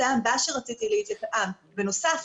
בנוסף,